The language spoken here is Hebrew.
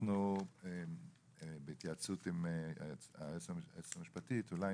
אנחנו בהתייעצות עם היועצת המשפטית, אולי